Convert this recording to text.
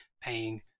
paying